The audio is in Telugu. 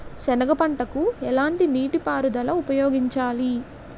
సెనగ పంటకు ఎలాంటి నీటిపారుదల ఉపయోగించాలి?